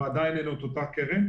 ועדיין אין את אותה קרן.